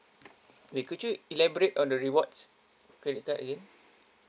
wait could you elaborate on the rewards credit card again